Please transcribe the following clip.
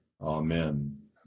Amen